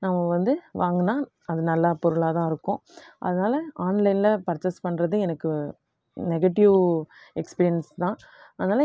நம்ம வந்து வாங்குனால் அது நல்லா பொருளாக தான் இருக்கும் அதனால ஆன்லைன்ல பர்ச்சேஸ் பண்ணுறது எனக்கு நெகட்டிவ் எக்ஸ்பீரியன்ஸ் தான் அதனால்